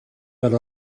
fel